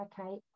okay